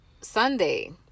Sunday